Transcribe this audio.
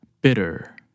bitter